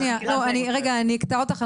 לא, אני אקטע אותך.